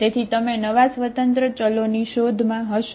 તેથી તમે નવા સ્વતંત્ર ચલોની શોધ માં હશો